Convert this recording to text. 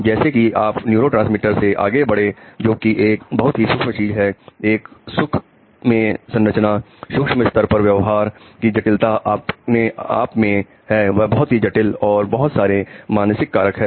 जैसे कि आप न्यूरोट्रांसमीटर से आगे बढ़े जो कि एक बहुत ही सूक्ष्म चीज है एक सुख में संरचना सूक्ष्म स्तर पर व्यवहार की जटिलता अपने आप में है वह बहुत ही जटिल और बहुत सारे मानसिक कारक है